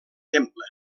temple